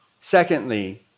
Secondly